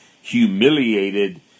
humiliated